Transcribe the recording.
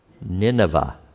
Nineveh